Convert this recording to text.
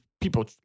people